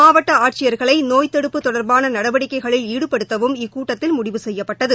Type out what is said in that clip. மாவட்ட ஆட்சியர்களை நோய் தடுப்பு தொடர்பாள நடவடிக்கைகளில் ஈடுபடுத்தவும் இக்கூட்டத்தில் முடிவு செய்யப்பட்டது